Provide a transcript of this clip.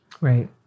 right